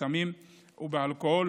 בסמים ובאלכוהול